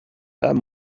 that